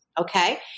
Okay